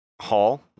hall